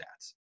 stats